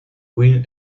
queen